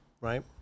Right